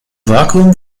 vakuum